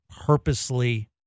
purposely